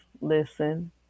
listen